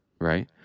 Right